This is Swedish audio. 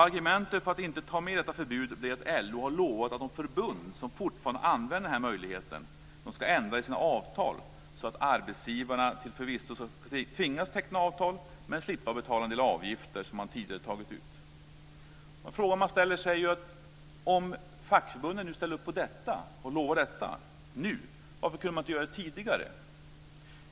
Argumentet för att inte ta med detta förbud blev att LO har lovat att de förbund som fortfarande använder denna möjlighet ska ändra i sina avtal så att arbetsgivarna förvisso ska tvingas teckna avtal men slippa betala en del avgifter som man tidigare tagit ut. En fråga man ställer sig är varför fackförbunden inte kunde ställa upp på detta tidigare, eftersom de nu lovar att göra det.